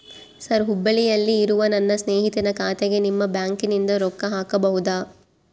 Sir ಹುಬ್ಬಳ್ಳಿಯಲ್ಲಿ ಇರುವ ನನ್ನ ಸ್ನೇಹಿತನ ಖಾತೆಗೆ ನಿಮ್ಮ ಬ್ಯಾಂಕಿನಿಂದ ರೊಕ್ಕ ಹಾಕಬಹುದಾ?